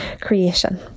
creation